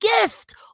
gift